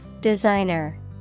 Designer